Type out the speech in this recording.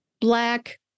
Black